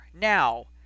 Now